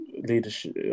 leadership